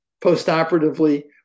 postoperatively